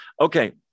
Okay